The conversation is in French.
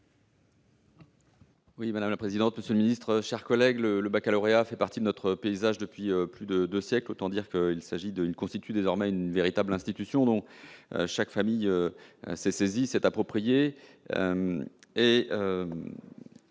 Madame la présidente, monsieur le ministre, mes chers collègues, le baccalauréat fait partie de notre paysage depuis plus de deux siècles. Autant dire qu'il constitue désormais une véritable institution, dont chaque famille s'est saisie, d'autant plus